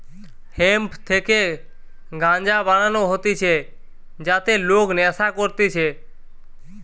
hemp থেকে গাঞ্জা বানানো হতিছে যাতে লোক নেশা করতিছে